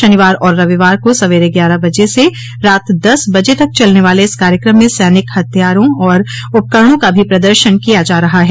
शनिवार और रविवार को सवेरे ग्यारह बजे से रात दस बजे तक चलने वाले इस कार्यक्रम में सैनिक हथियारों और उपकरणों का भी प्रदर्शन किया जा रहा है